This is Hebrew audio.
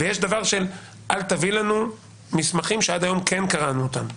ויש דבר שאומר: אל תביאו לנו מסמכים שעד היום כן קראנו אותם,